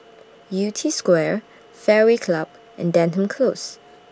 Yew Tee Square Fairway Club and Denham Close